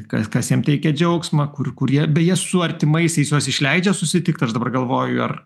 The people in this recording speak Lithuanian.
kas kas jiem teikia džiaugsmą kur kur jie beje su artimaisiais juos išleidžia susitikt aš dabar galvoju ar